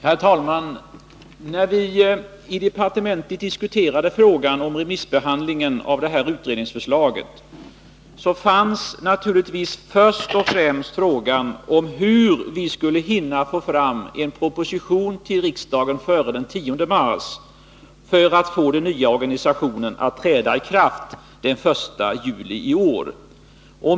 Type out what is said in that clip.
Herr talman! När vi på departementet diskuterade frågan om remissbehandlingen av det här utredningsförslaget, gällde det naturligtvis först och främst hur vi skulle hinna få fram en proposition till riksdagen före den 10 mars för att få den nya organisationen att träda i kraft den 1 juli i år.